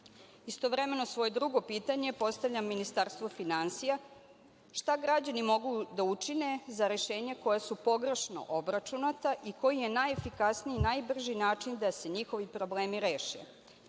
kvartalno. Istovremeno, svoje drugo pitanje postavljam Ministarstvu finansija – šta građani mogu da učine za rešenja koja su pogrešno obračunata i koji je najefikasniji i način da se njihovi problemi reše? Na